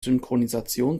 synchronisation